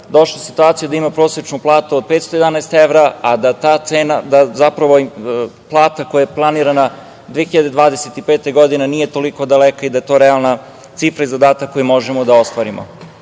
došla u situaciju da ima prosečnu platu od 511 evra, a da plata koja je planirana 2025. godine nije toliko daleka i da je to realna cifra i zadatak koji možemo da ostvarimo. Sve